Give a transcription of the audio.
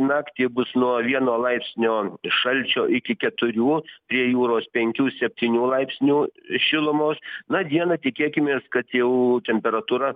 naktį bus nuo vieno laipsnio šalčio iki keturių prie jūros penkių septynių laipsnių šilumos na dieną tikėkimės kad jau temperatūra